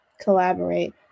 collaborate